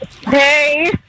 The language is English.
Hey